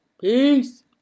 Peace